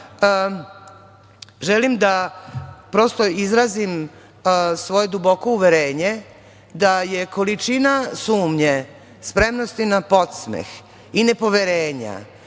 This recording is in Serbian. želim da prosto izrazim svoje duboko uverenje da je količina sumnje spremnosti na podsmeh i nepoverenja,